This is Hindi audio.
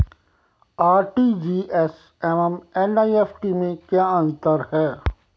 आर.टी.जी.एस एवं एन.ई.एफ.टी में क्या अंतर है?